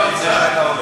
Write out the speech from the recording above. כשאנחנו היינו בממשלה,